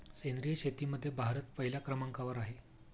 सेंद्रिय शेतीमध्ये भारत पहिल्या क्रमांकावर आहे